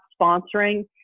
sponsoring